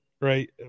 right